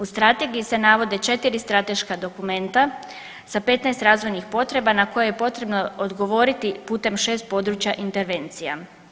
U Strategiji se navode 4 strateška dokumenta sa 15 razvojnih potreba na koje je potrebno odgovoriti putem 6 područja intervencija.